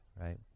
right